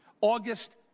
August